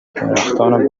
درختان